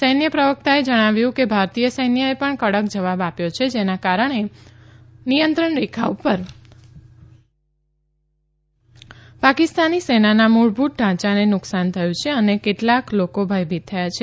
સૈન્ય પ્રવક્તાએ જણાવ્યું કે ભારતીય સૈન્યએ પણ કડક જવાબ આપ્યો છે જેના કારણે નિયંત્રણ રેખા પર પાકિસ્તાનની સેનાના મૂળભૂત ઢાંચાને નુકસાન થયું છે અને કેટલાક લોકો ભયભીત થયા છે